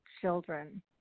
children